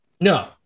No